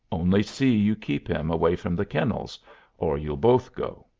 only see you keep him away from the kennels or you'll both go.